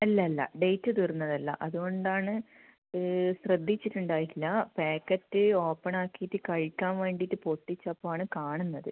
അല്ല അല്ല ഡേറ്റ് തീർന്നത് അല്ല അതുകൊണ്ടാണ് ശ്രദ്ധിച്ചിട്ടുണ്ടായിട്ടില്ല പാക്കറ്റ് ഓപ്പണാക്കിയിട്ട് കഴിക്കാൻ വേണ്ടിയിട്ട് പൊട്ടിച്ചപ്പോൾ ആണ് കാണുന്നത്